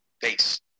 base